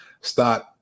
start